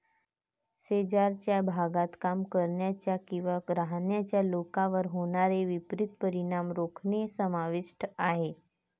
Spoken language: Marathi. शेजारच्या भागात काम करणाऱ्या किंवा राहणाऱ्या लोकांवर होणारे विपरीत परिणाम रोखणे समाविष्ट आहे